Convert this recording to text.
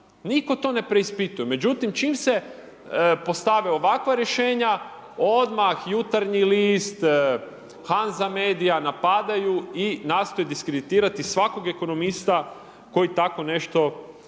nitko to ne preispituje. Međutim, čim se postave ovakva rješenja odmah Jutarnji list, Hanza Media napadaju i nastoje diskreditirati svakog ekonomista koji tako nešto predlaže.